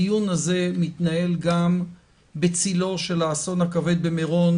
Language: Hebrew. הדיון הזה מתנהל גם בצילו של האסון הכבד במירון,